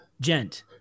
Gent